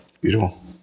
beautiful